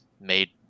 made